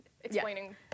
explaining